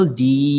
di